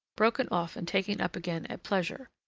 broken off and taken up again at pleasure.